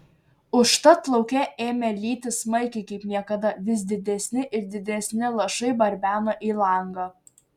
užtat lauke ėmė lyti smarkiai kaip niekada vis didesni ir didesni lašai barbeno į langą